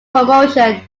promotion